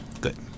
Good